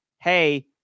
hey